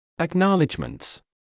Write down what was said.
Acknowledgements